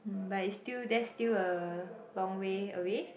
hmm but is still that's still a long way away